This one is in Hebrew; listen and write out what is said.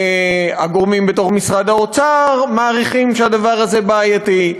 הגורמים בתוך משרד האוצר מעריכים שהדבר הזה בעייתי,